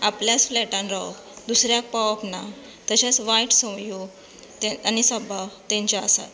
आपल्याच फ्लॅटान रावप दुसऱ्यांक पळोवप ना तशेंच वायट संवयो आनी सभाव तांचे आसात